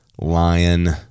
Lion